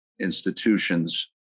institutions